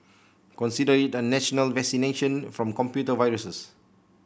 consider it a national vaccination from computer viruses